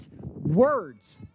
words